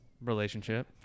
relationship